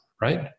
right